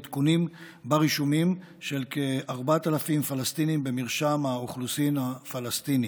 עדכונים ברישומים של כ-4,000 פלסטינים במרשם האוכלוסין הפלסטיני.